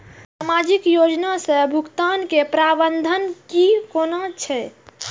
सामाजिक योजना से भुगतान के प्रावधान की कोना छै?